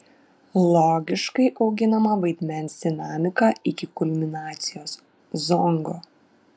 logiškai auginama vaidmens dinamika iki kulminacijos zongo